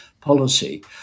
Policy